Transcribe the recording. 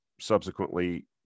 subsequently